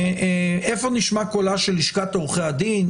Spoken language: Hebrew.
איפה נשמע קולה של לשכת עורכי הדין,